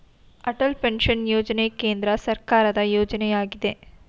Atal pension ಯೋಜನೆ ಕೇಂದ್ರ ಸರ್ಕಾರದ ಯೋಜನೆಯಗಿದೆ